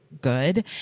good